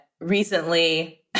recently